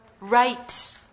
Right